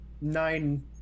nine